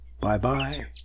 Bye-bye